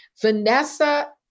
Vanessa